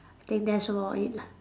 I think that's about it lah